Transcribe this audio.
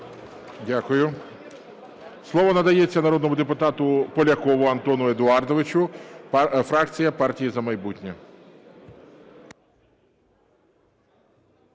Дякую. Слово надається народному депутату Полякову Антону Едуардовичу, фракція "Партії "За майбутнє".